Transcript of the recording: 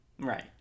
Right